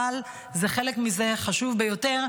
אבל זה חלק חשוב ביותר,